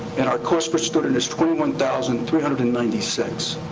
and our cost per student is twenty one thousand three hundred and ninety six.